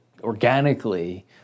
organically